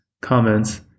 comments